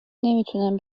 نمیتونم